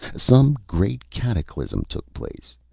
some great cataclysm took place.